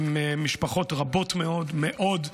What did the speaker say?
הן משפחות רבות מאוד מאוד.